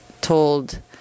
told